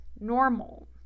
normal